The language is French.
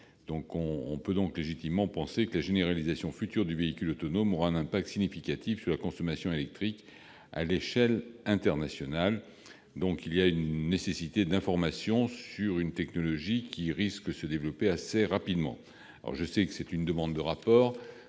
On peut légitimement penser que la généralisation future du véhicule autonome aura un impact significatif sur la consommation électrique à l'échelle internationale. Il existe donc une nécessité d'information sur une technologie qui risque de se développer assez rapidement. Certes, il s'agit d'une demande de rapport